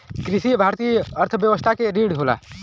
कृषि भारतीय अर्थव्यवस्था क रीढ़ होला